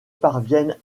parviennent